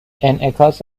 انعکاس